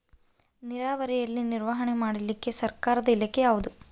ನೇರಾವರಿಯಲ್ಲಿ ನಿರ್ವಹಣೆ ಮಾಡಲಿಕ್ಕೆ ಸರ್ಕಾರದ ಇಲಾಖೆ ಯಾವುದು?